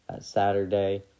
Saturday